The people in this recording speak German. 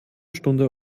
stunde